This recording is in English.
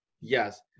yes